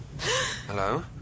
Hello